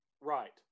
Right